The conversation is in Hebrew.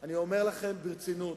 אני אומר לכם ברצינות: